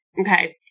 Okay